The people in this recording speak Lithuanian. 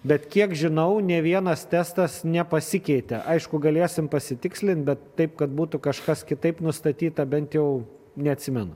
bet kiek žinau nė vienas testas nepasikeitė aišku galėsim pasitikslint bet taip kad būtų kažkas kitaip nustatyta bent jau neatsimenu